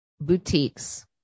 boutiques